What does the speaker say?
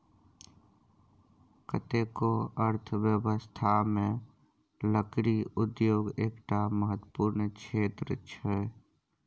कतेको अर्थव्यवस्थामे लकड़ी उद्योग एकटा महत्वपूर्ण क्षेत्र छै